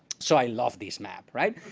so i love this map, right?